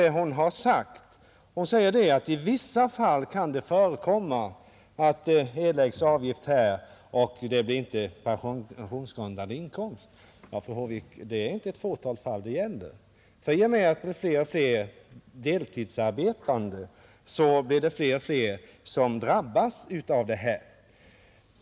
I vissa fall kan det förekomma, framhåller fru Håvik, att det erläggs avgifter utan att det blir någon pensionsgrundande inkomst. Men det är inte ett fåtal fall det gäller, fru Håvik, för i och med att det blir fler och fler deltidsarbetande så kommer också fler och fler att drabbas av detta.